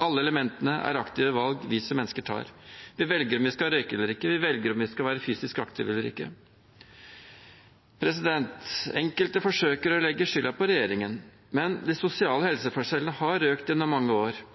Alle elementene er aktive valg vi som mennesker tar. Vi velger om vi skal røyke eller ikke, vi velger om vi skal være fysisk aktive eller ikke. Enkelte forsøker å legge skylden på regjeringen, men de sosiale helseforskjellene har økt gjennom mange år.